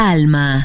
Alma